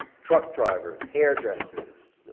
truck drivers, hairdressers,